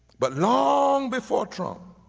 but long before trump